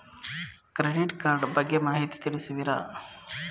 Credit card ಬಗ್ಗೆ ಮಾಹಿತಿ ತಿಳಿಸುವಿರಾ?